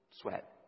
Sweat